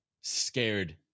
scared